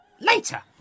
Later